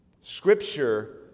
scripture